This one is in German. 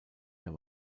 der